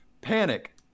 panic